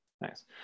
Nice